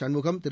Shanmugam Thiru